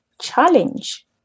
challenge